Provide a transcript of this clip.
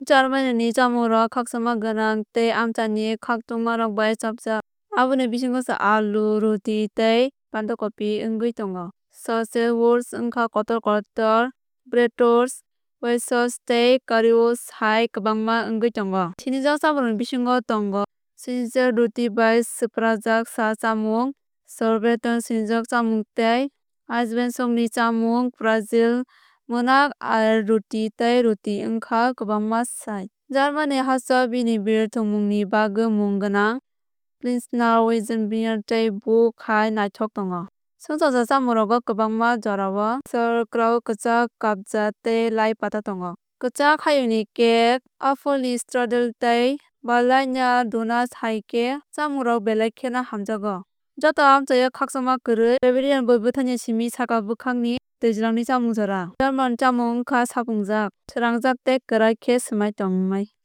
Germanyni chamungrok khakchangma gwnang gwnang tei amchaini khatungmarok bai chapjak. Aboni bisingo sa alu ruti tei bantakopi wngwi tongo. Sausage Wurst wngkha kotor kotor bratwrst weisswrst tei kariwrst hai kwbangma wngwi tongo. Sinijak chámungrokni bisingo tongo schnitzel ruti bai swprakjak sa chámung sauerbraten swngjak chámung tei eisbein sukni chámung. Pretzel mwnak rye ruti tei ruti wngkha kwbangma side. Germany hasteo bini beer tongmungni bagwi mung gwnang pilsner weizenbier tei bock hai naithok tongo. Chwngsacha chamungrogo kwbangma jorao sauerkraut kwchak kabja tei lai pata tongo. Kwchak hayungni cake aphulni strudel tei berliner donuts hai khe chamungrok belai kheno hamjakgo. Joto amchaio khakchangma kwrwi bavarian beer bwthai ni simi saka bwkhakni twijlangni chamung jora. German chamung wngkha supungjak swrangjak tei kwrak khe swmai tangmani.